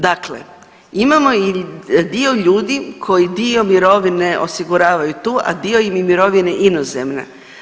Dakle imamo dio ljudi koji dio mirovine osiguravaju tu, a dio im je mirovine inozemna.